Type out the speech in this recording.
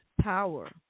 power